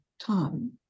time